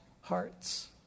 hearts